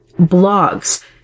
blogs